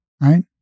Right